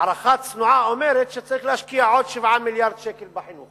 הערכה צנועה אומרת שצריך להשקיע עוד 7 מיליארדי שקל בחינוך